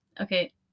okay